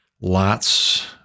Lots